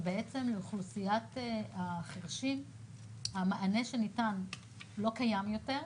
שבעצם לאוכלוסיית החירשים המענה שניתן לא קיים יותר,